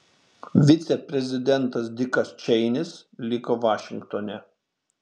viceprezidentas dikas čeinis liko vašingtone